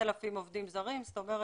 כ-4,000 עובדים זרים, זאת אומרת,